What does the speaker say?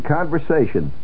Conversation